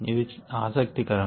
ఇది ఆసక్తికరం